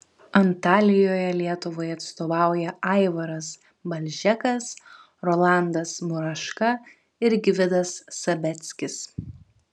antalijoje lietuvai atstovauja aivaras balžekas rolandas muraška ir gvidas sabeckis